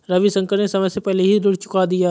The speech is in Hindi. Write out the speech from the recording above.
रविशंकर ने समय से पहले ही ऋण चुका दिया